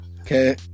Okay